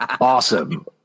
awesome